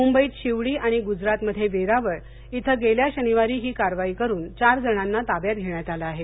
मुंबईत शिवडी आणि गुजरातमध्ये वेरावल इथं गेल्या शनिवारी ही कारवाई करुन चारजणांना ताब्यात घेण्यात आलं आहे